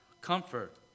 comfort